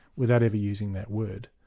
without ever using that word.